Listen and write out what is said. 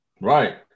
Right